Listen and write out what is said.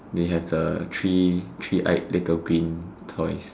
they have the three three eyed little green toy